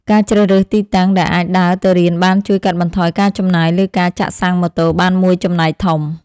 ការជ្រើសរើសទីតាំងដែលអាចដើរទៅរៀនបានជួយកាត់បន្ថយការចំណាយលើការចាក់សាំងម៉ូតូបានមួយចំណែកធំ។